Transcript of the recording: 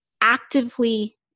actively